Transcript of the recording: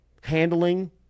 handling